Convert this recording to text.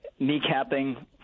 kneecapping